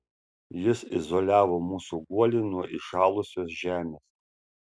jis izoliavo mūsų guolį nuo įšalusios žemės